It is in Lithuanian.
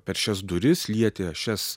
per šias duris lietė šias